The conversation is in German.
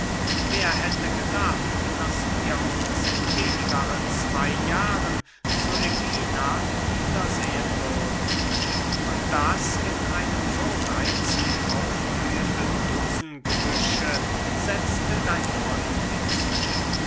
wer hätte gedacht daß wir uns in weniger als drey jahren zu ägina wiedersehen würden und das in einem so reitzend aufblühenden rosengebüsche setzte dein freund hinzu